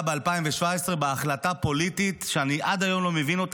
ב-2017 בהחלטה פוליטית שאני עד היום לא מבין אותה.